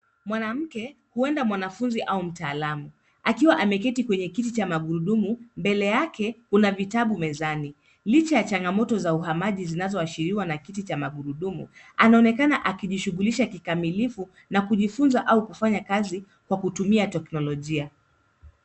Mwanamke huenda mwanafunzi au mtaalamu akiwa ameketi kwenye kiti cha magurudumu mbele yake kuna vitabu mezani licha ya changamoto za uhamaji zinazoashiriwa na kiti cha magurdumu anaonekana akijishughulisha kikamilifu na kujifunza au kufanya kazi kwa kutumia teknolojia